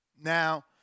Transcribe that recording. Now